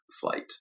flight